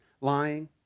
lying